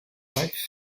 life